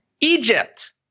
Egypt